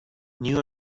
new